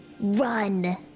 Run